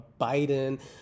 Biden